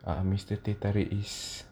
uh mister teh tarik is